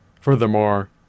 Furthermore